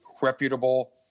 reputable